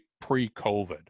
pre-COVID